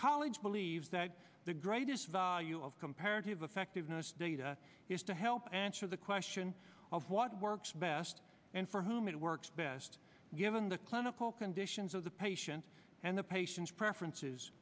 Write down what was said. college believes that the greatest value of comparative effectiveness data is to help answer the question of what works best and for whom it works best given the clinical conditions of the patients and the patient's preferences